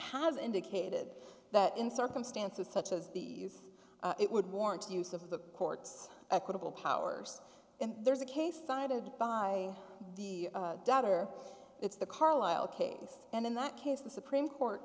has indicated that in circumstances such as these it would warrant use of the court's equitable powers and there's a case cited by the doctor it's the carlisle case and in that case the supreme court